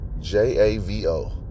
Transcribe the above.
J-A-V-O